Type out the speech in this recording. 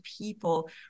people